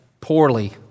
poorly